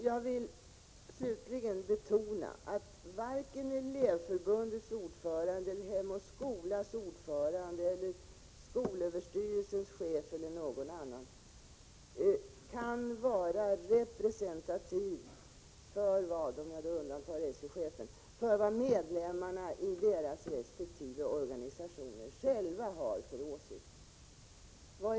Jag vill slutligen betona att varken Elevorganisationens ordförande eller Hem och skolas ordförande kan vara representativ i fråga om vilken åsikt som medlemmarna själva har i deras resp. organisationer.